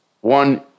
one